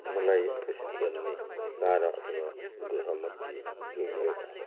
मलाई आकर्षित गर्ने तारा अथवा ग्रहमध्ये जुन एउटा हो